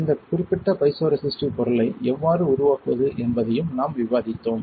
இந்த குறிப்பிட்ட பைசோரெசிஸ்டிவ் பொருளை எவ்வாறு உருவாக்குவது என்பதையும் நாம் விவாதித்தோம்